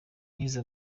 nize